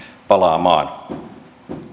palaamaan